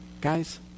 Guys